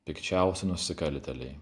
pikčiausi nusikaltėliai